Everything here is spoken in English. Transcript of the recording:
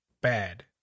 bad